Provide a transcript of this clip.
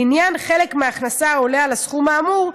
לעניין חלק ההכנסה העולה על הסכום האמור,